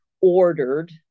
ordered